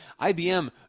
IBM